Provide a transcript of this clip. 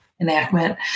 enactment